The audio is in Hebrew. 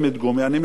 אני מבין אותם,